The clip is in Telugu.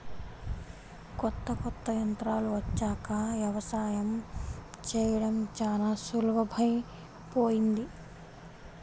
కొత్త కొత్త యంత్రాలు వచ్చాక యవసాయం చేయడం చానా సులభమైపొయ్యింది